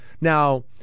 Now